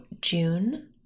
June